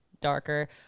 darker